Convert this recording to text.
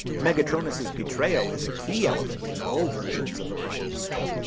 megatronus's betrayal is a key element in all versions of the primes' story.